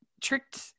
tricked